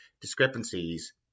discrepancies